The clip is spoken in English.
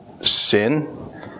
sin